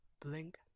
Blink